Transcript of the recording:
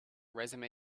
resume